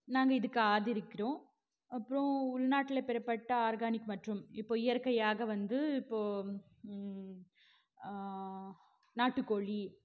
நாங்கள் இதுக்கு ஆதரிக்கிறோம் அப்புறம் உள்நாட்டில் பெறப்பட்ட ஆர்கானிக் மற்றும் இப்போ இயற்கையாக வந்து இப்போது நாட்டுக்கோழி